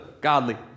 Godly